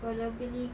kalau beli